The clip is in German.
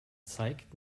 zeigt